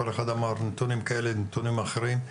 כל אחד אמר נתונים כאלה ונתונים אחרים,